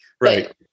right